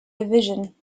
division